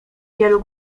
wielu